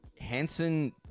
Hansen